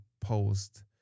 post